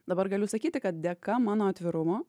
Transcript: dabar galiu sakyti kad dėka mano atvirumo